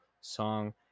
song